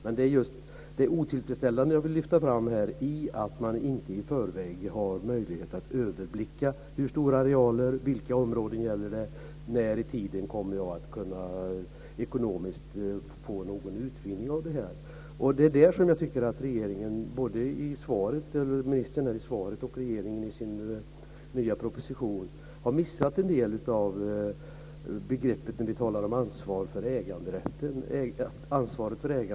Men jag vill lyfta fram det otillfredsställande i att man på förhand inte har möjlighet att överblicka hur stora arealer och vilka områden som det gäller. Det går inte heller att förutse när man kan få någon ekonomisk utvinning. Både ministern i svaret och regeringen i sin nya proposition har missat en del i fråga om begreppet ansvaret för äganderätten.